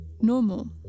normal